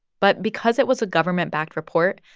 but because it was a government-backed report,